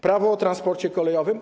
Prawo o transporcie kolejowym.